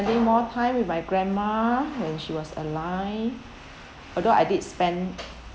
spending more time with my grandma when she was alive although I did spend